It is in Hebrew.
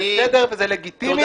וזה בסדר וזה לגיטימי,